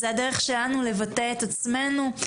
זו הדרך שלנו לבטא את עצמנו,